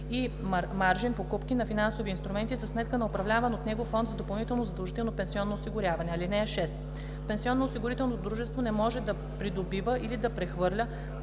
и маржин покупки на финансови инструменти за сметка на управляван от него фонд за допълнително задължително пенсионно осигуряване. (6) Пенсионноосигурителното дружество не може да придобива или да прехвърля